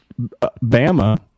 Bama